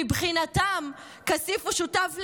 מבחינתם כסיף הוא שותף לגיטימי,